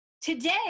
Today